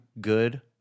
good